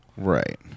right